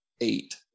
eight